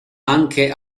anche